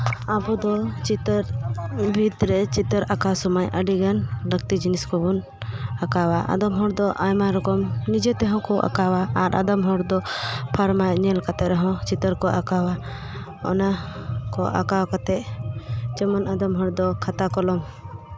ᱟᱵᱚ ᱫᱚ ᱪᱤᱛᱟᱹᱨ ᱵᱷᱤᱛ ᱨᱮ ᱪᱤᱛᱟᱹᱨ ᱟᱸᱠᱟᱣ ᱥᱚᱢᱚᱭ ᱟᱹᱰᱤᱜᱟᱱ ᱞᱟᱹᱠᱛᱤ ᱡᱤᱱᱤᱥ ᱠᱚᱵᱚᱱ ᱟᱸᱠᱟᱣᱟ ᱟᱫᱚᱢ ᱦᱚᱲ ᱫᱚ ᱟᱭᱢᱟ ᱨᱚᱠᱚᱢ ᱱᱤᱡᱮ ᱛᱮᱦᱚᱸ ᱠᱚ ᱟᱸᱠᱟᱣᱟ ᱟᱨ ᱟᱫᱚᱢ ᱦᱚᱲ ᱫᱚ ᱯᱷᱟᱨᱢᱟ ᱧᱮᱞ ᱠᱟᱛᱮᱫ ᱨᱮᱦᱚᱸ ᱪᱤᱛᱟᱹᱨ ᱠᱚ ᱟᱸᱠᱟᱣᱟ ᱚᱱᱟ ᱠᱚ ᱟᱸᱠᱟᱣ ᱠᱟᱛᱮᱫ ᱡᱮᱢᱚᱱ ᱟᱫᱚᱢ ᱦᱚᱲ ᱫᱚ ᱠᱷᱟᱛᱟ ᱠᱚᱞᱚᱢ